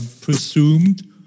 presumed